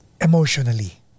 Emotionally